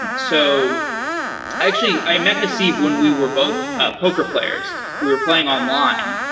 so actually, i met haseeb when we were both poker players. we're playing online,